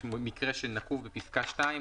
מקרה שנקוב בפסקה 2,